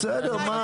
בסדר.